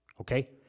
okay